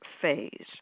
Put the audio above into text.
Phase